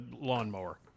lawnmower